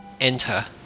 Enter